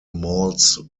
malls